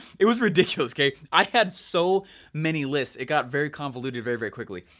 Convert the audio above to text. it was ridiculous, okay? i had so many lists, it got very convoluted very very quickly,